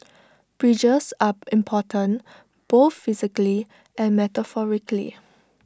bridges are important both physically and metaphorically